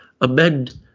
amend